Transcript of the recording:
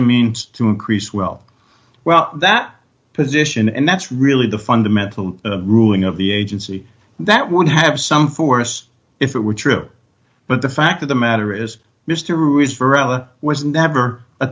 a means to increase well well that position and that's really the fundamental ruling of the agency that would have some force if it were true but the fact of the matter is m